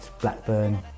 Blackburn